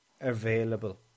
available